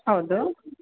ಹೌದು